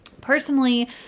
Personally